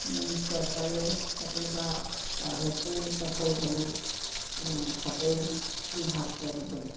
চৰকাৰী চাকৰি বা প্ৰাইভেটেই চাকৰি হ'লেও চাকৰিৰ ভাগ বেলেগ বেলেগ